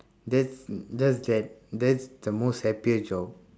that's just that that's the most happiest job